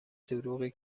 دروغی